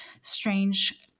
strange